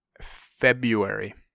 February